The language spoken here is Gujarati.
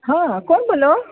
હા કોણ બોલો